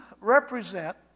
represent